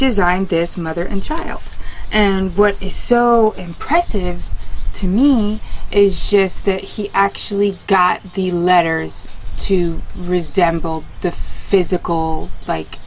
designed this mother and child and what is so impressive to me is just that he actually got the letters to resemble the physical like